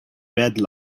bad